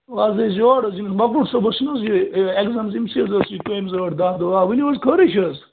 آز ٲسۍ یور حظ ییٚمِس مقبول صٲبَس چھُنہٕ حظ یہِ اٮ۪کزام حظ أمۍسٕے حظ اوس یہِ کٲمِز ٲٹھ داہ دۄہ آ ؤنیُو حظ خٲرٕے چھِ حظ